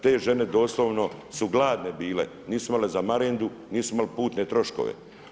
Te žene doslovno su gladne bile, nisu imale za marendu, nisu imale putne troškove.